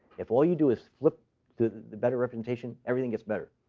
if all you do is flip to the better representation, everything gets better.